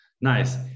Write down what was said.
Nice